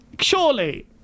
Surely